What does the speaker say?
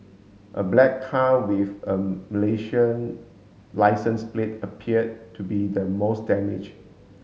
a black car with a Malaysian licence plate appeared to be the most damaged